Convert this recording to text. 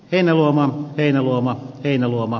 ennen lamaa heinäluoma heinäluoma